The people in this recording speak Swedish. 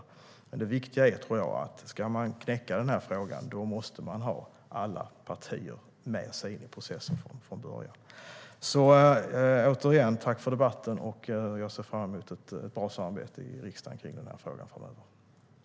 Om man ska knäcka denna fråga tror jag att det viktiga är att man har alla partier med sig in i processen från början. Återigen: Tack för debatten! Jag ser fram mot ett bra samarbete i riksdagen i denna fråga framöver.